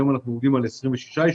היום אנחנו עומדים על 26 יישובים,